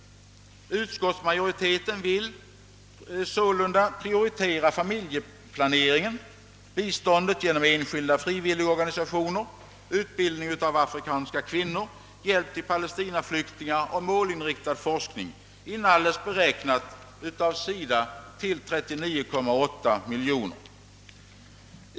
Utskottsmajoriteten vill nu prioritera familjeplaneringen, biståndet genom enskilda frivilligorganisationer, utbildning av afrikanska kvinnor, hjälp till Palestina-flyktingar och målinriktad forskning. De sammanlagda kostnaderna för dessa projekt har av SIDA beräknats till 39,8 miljoner.